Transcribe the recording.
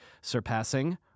surpassing